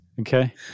Okay